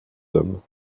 hommes